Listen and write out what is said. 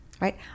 right